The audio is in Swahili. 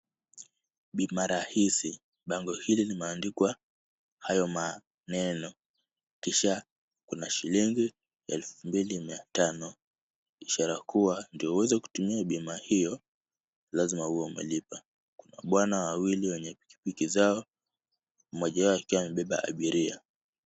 Bima rahisi. Bango hili limeandikwa hayo maneno. Kisha kuna shilingi elfu mbili mia tano. Ishara kuwa ndio uweze kutumia bima hiyo, lazima uwe umelipa. Bwana wawili wenye pikipiki zao ,mmoja wao akiwa amebeba abiria.